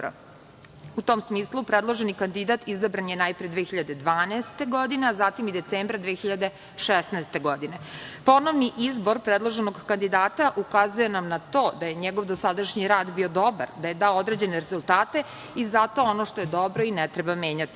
tom smislu, predloženi kandidat izabran je najpre 2012. godine, a za tim i decembra 2016. godine. Ponovni izbor predloženog kandidata ukazuje nam na to da je njegov dosadašnji rad bio dobar, da je dao određene rezultate i zato ono što je dobro ne treba ni menjati.